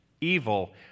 evil